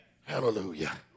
Hallelujah